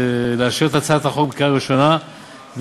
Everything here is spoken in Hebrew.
לאשר את הצעת החוק בקריאה ראשונה ולהעבירה